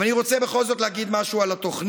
אבל אני רוצה בכל זאת להגיד משהו על התוכנית,